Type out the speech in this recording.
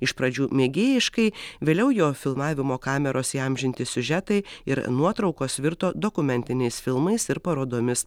iš pradžių mėgėjiškai vėliau jo filmavimo kameros įamžinti siužetai ir nuotraukos virto dokumentiniais filmais ir parodomis